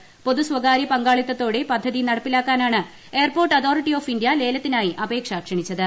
പ്പൊതൂർസ്വകാര്യ പങ്കാളിത്തതോടെ പദ്ധതി നടപ്പിലാക്കാനാണ് ഏയർപ്പോർട്ട് അതോറിറ്റി ഓഫ് ഇന്ത്യ ലേലത്തിനായി അപേക്ഷ ക്ഷണിച്ചത്